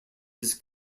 his